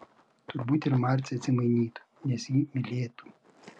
turbūt ir marcė atsimainytų nes jį mylėtų